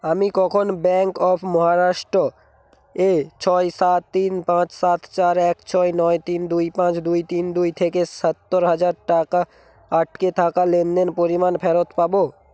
আমি কখন bank of Maharashtra এ ছয় সাত তিন পাঁচ সাত চার এক ছয় নয় তিন দুই পাঁচ দুই তিন দুই থেকে সতেরো হাজার টাকার আটকে থাকা লেনদেন পরিমাণ ফেরত পাবো